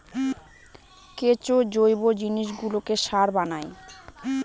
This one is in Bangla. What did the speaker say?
কেঁচো জৈব জিনিসগুলোকে সার বানায়